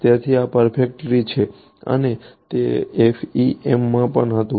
તેથી આ પરફેક્ટલી છે અને તે FEMમાં પણ હતું